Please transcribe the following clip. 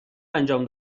انجام